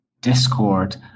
Discord